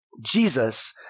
Jesus